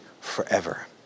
forever